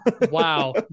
Wow